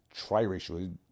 Triracial